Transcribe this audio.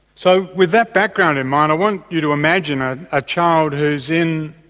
so with that background in mind i want you to imagine a ah child who's in,